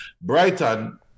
Brighton